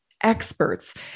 Experts